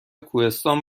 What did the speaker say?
کوهستان